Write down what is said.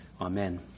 Amen